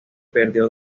perdió